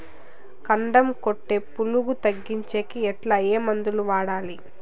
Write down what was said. కాండం కొట్టే పులుగు తగ్గించేకి ఎట్లా? ఏ మందులు వాడాలి?